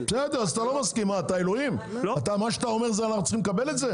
שצריכה להגיע כתקנות